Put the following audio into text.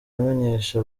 amenyesha